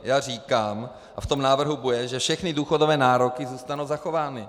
Já říkám, a tom návrhu bude, že všechny důchodové nároky zůstanou zachovány.